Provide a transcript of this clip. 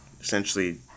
essentially